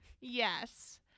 Yes